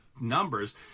numbers